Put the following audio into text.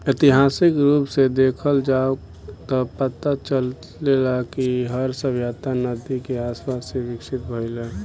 ऐतिहासिक रूप से देखल जाव त पता चलेला कि हर सभ्यता नदी के आसपास ही विकसित भईल रहे